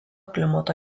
klimato